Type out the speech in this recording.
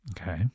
okay